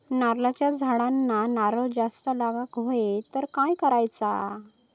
नारळाच्या झाडांना नारळ जास्त लागा व्हाये तर काय करूचा?